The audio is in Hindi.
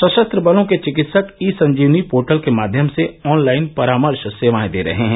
सशस्त्र बलों के चिकित्सक ई संजीवनी पोर्टल के माध्यम से ऑनलाइन परामर्श सेवाएं दे रहे हैं